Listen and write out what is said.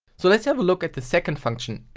so let's have a look at the second function